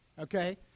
okay